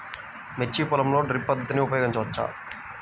మిర్చి పొలంలో డ్రిప్ పద్ధతిని ఉపయోగించవచ్చా?